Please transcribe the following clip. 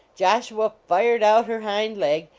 joshua fired out her hind leg,